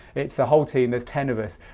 it's the whole team, there's ten of us.